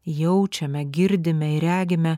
jaučiame girdime ir regime